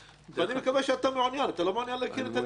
אתה לא מעוניין לקבל את הנתונים?